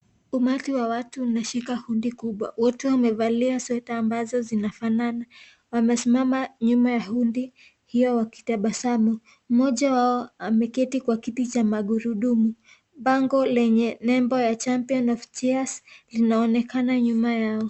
Umati wa watu umeshika hundi kubwa. Wote wamevalia sweta ambazo zinafanana. Wamesimama nyuma ya hundi hiyo wakitabasamu. Mmoja wao ameketi kwa kiti cha magurudumu. Bango lenye nembo ya Champions of Chairs linaonekana nyuma yao.